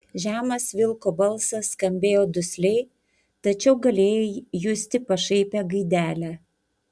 žemas vilko balsas skambėjo dusliai tačiau galėjai justi pašaipią gaidelę